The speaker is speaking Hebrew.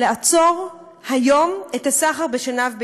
לעצור היום את הסחר בשנהב בישראל.